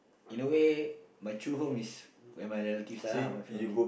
in a way my true home is where my relatives are lah my family